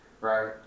right